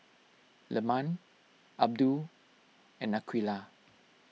Leman Abdul and Aqeelah